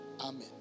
Amen